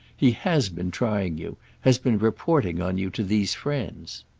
he has been trying you has been reporting on you to these friends.